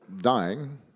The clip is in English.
dying